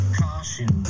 caution